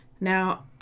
now